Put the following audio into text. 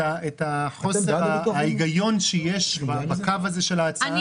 את מבינה את חוסר ההגיון שיש בקו הזה של ההצעה?